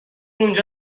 اونجا